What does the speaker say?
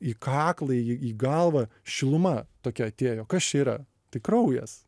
į kaklą į į galvą šiluma tokia atėjo kas čia yra tai kraujas